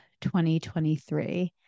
2023